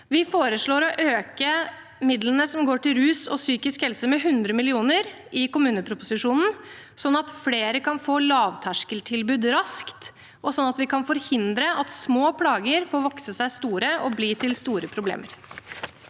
Vi foreslår å øke midlene som går til rus og psykisk helse, med 100 mill. kr i forbindelse med kommuneproposisjonen, slik at flere kan få lavterskeltilbud raskt, og slik at vi kan forhindre at små plager får vokse seg store og bli til store problemer.